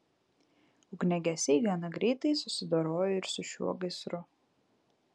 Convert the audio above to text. ugniagesiai gana greitai susidorojo ir su šiuo gaisru